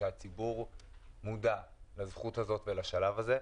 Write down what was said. שהציבור מודע לזכות הזאת ולשלב הזה.